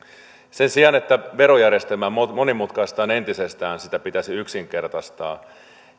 sen sijaan että verojärjestelmää monimutkaistetaan entisestään sitä pitäisi yksinkertaistaa